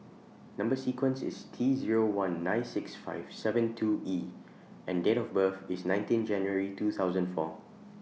Number sequence IS T Zero one nine six five seven two E and Date of birth IS nineteen January two thousand and four